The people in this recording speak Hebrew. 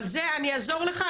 אני אעזור לך,